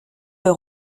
leur